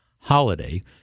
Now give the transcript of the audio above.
holiday—